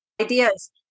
ideas